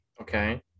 Okay